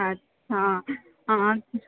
अच्छा हा